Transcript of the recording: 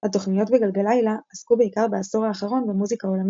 שובצה תוכנית חדשה – "אבו ארבע" עם יואב